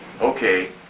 Okay